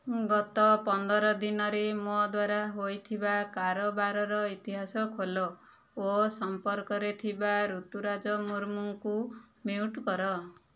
ଗତ ପନ୍ଦର ଦିନରେ ମୋ ଦ୍ୱାରା ହୋଇଥିବା କାରବାରର ଇତିହାସ ଖୋଲ ଓ ସମ୍ପର୍କରେ ଥିବା ରୁତୁରାଜ ମୁର୍ମୁଙ୍କୁ ମ୍ୟୁଟ୍ କର